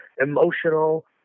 emotional